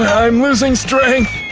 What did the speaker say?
i'm losing strength!